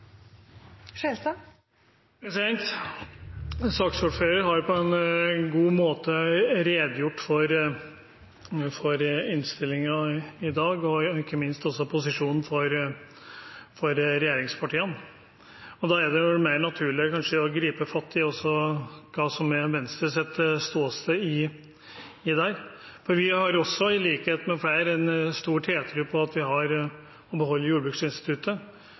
omme. Saksordføreren har på en god måte redegjort for innstillingen i dag og ikke minst også for posisjonen til regjeringspartiene. Da er det kanskje naturlig også å gripe fatt i hva som er Venstres ståsted i dette. Vi har, i likhet med flere, stor tiltro til og vil beholde jordbruksinstituttet. Som saksordføreren var innom, har